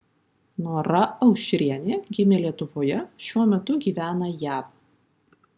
nora aušrienė gimė lietuvoje šiuo metu gyvena jav